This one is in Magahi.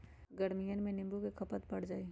गर्मियन में नींबू के खपत बढ़ जाहई